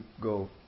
go